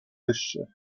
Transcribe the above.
wyższe